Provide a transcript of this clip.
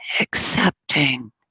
accepting